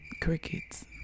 crickets